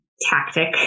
tactic